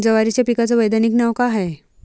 जवारीच्या पिकाचं वैधानिक नाव का हाये?